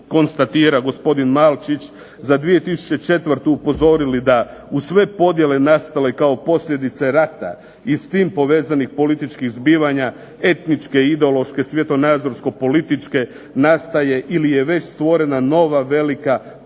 konstatira gospodin Malčić, za 2004. upozorili da uz sve podjele nastale kao posljedice rata i s tim povezanih političkih zbivanja, etničke, ideološke, svjetonazorsko-političke nastaje ili je već stvorena nova velika podjela